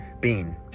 bean